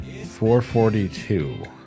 442